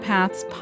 Paths